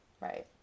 Right